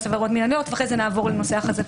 ואחר כך נעבור לנושא החזקות.